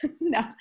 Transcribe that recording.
no